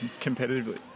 competitively